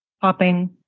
popping